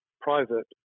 private